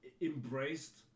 Embraced